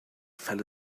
fell